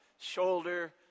Shoulder